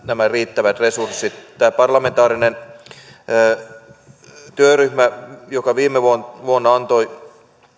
nämä riittävät resurssit tämä parlamentaarinen työryhmä joka viime vuonna antoi